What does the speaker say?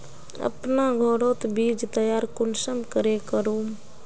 अपना घोरोत बीज तैयार कुंसम करे करूम?